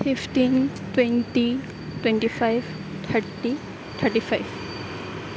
fifteen twenty twenty five thirty thirty five